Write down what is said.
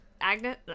Agnes